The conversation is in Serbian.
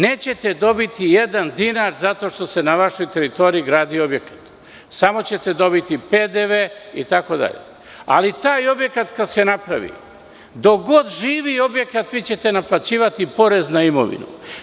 Nećete dobiti jedan dinar zato što se na vašoj teritoriji gradi objekat, samo ćete dobiti PDV, ali taj objekat kada se napravi, dok god živi objekat vi ćete naplaćivati porez na imovinu.